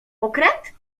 okręt